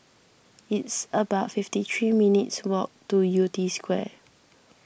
it's about fifty three minutes' walk to Yew Tee Square